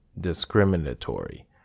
discriminatory